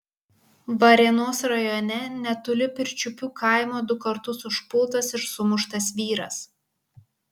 varėnos rajone netoli pirčiupių kaimo du kartus užpultas ir sumuštas vyras